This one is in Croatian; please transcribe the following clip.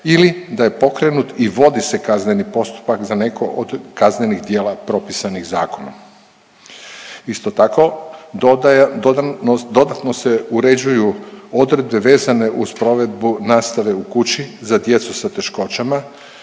ili da je pokrenut i vodi se kazneni postupak za neko od kaznenih djela propisanih zakonom. Isto tako dodaje, dodatno se uređuju odredbe vezane uz provedbu nastave u kuću za djecu sa teškoćama